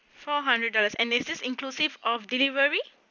four hundred dollars and is this inclusive of delivery